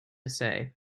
say